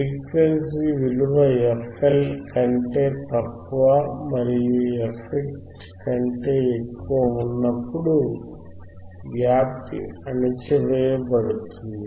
frequency విలువ fL కంటే తక్కువ మరియు fH కంటే ఎక్కువ ఉన్నప్పుడు వ్యాప్తి అణచివేయబడుతుంది